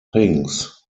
things